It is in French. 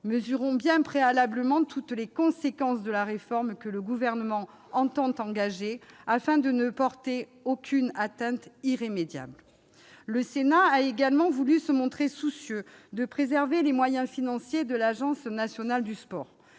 Mesurons bien préalablement toutes les conséquences de la réforme que le Gouvernement entend engager, afin de ne porter aucune atteinte irrémédiable. Le Sénat a également voulu se montrer soucieux de préserver les moyens financiers de l'Agence nationale du sport.